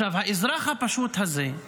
האזרח הפשוט הזה,